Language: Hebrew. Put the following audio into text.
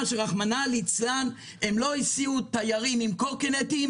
שרחמנא ליצלן הם לא הסיעו תיירים עם קורקינטים